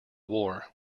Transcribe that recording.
war